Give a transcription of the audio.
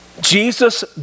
Jesus